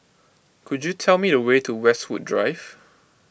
could you tell me the way to Westwood Drive